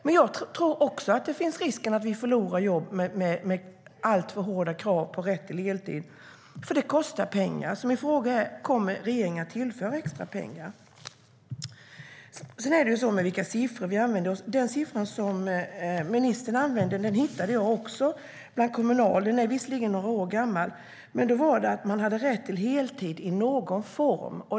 Men jag tror att det finns risk att vi förlorar jobb även med alltför hårda krav på rätt till heltid, för det kostar pengar. Min fråga är därför: Kommer regeringen att tillföra extra pengar? Sedan är det detta med vilka siffror vi använder oss av. Den siffra som ministern använder hittade också jag hos Kommunal. Den är några år gammal. Men då handlade det om att man hade rätt till heltid "i någon form".